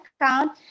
account